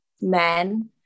men